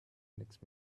next